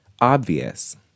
obvious